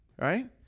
right